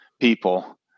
people